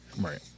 Right